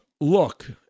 look